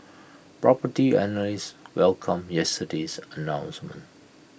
Property Analysts welcomed yesterday's announcement